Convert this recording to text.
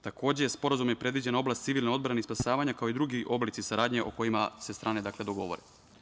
Takođe, Sporazumom je predviđena oblast civilne odbrane i spasavanje, kao i drugi oblici saradnje o kojima se strane dogovore.